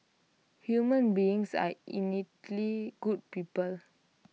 human beings are innately good people